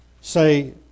say